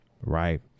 right